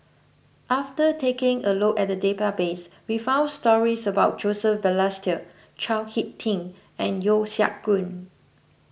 after taking a look at the database we found stories about Joseph Balestier Chao Hick Tin and Yeo Siak Goon